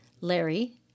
Larry